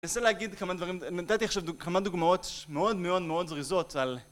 אני אנסה להגיד כמה דברים, נתתי עכשיו כמה דוגמאות מאוד מאוד מאוד זריזות על...